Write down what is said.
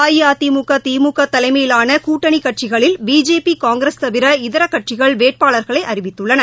அஇஅதிமுக திமுகதலைமயிலானகூட்டணிகட்சிகளில் பிஜேபிகாங்கிரஸ் தவிர இதரக் கட்சிகள் வேட்பாளர்களை அறிவித்துள்ளன